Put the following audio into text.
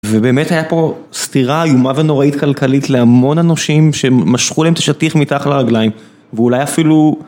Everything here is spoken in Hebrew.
ובאמת הייתה פה סתירה איומה ונוראית כלכלית להמון אנשים שמשכו להם את השטיח מתחת לרגליים ואולי אפילו...